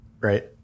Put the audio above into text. right